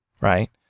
right